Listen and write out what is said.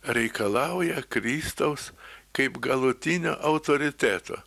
reikalauja kristaus kaip galutinio autoriteto